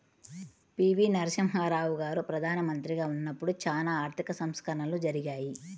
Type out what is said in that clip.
పి.వి.నరసింహారావు గారు ప్రదానమంత్రిగా ఉన్నపుడు చానా ఆర్థిక సంస్కరణలు జరిగాయి